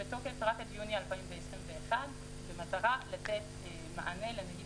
הוא בתוקף רק עד יוני 2021 במטרה לתת מענה לנגיף